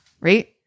right